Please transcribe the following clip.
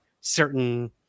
certain